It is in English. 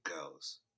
goes